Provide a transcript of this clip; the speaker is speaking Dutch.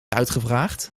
uitgevraagd